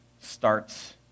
starts